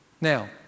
Now